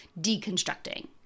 deconstructing